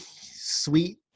sweet